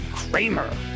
kramer